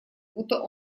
будто